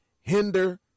hinder